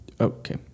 Okay